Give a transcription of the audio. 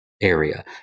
area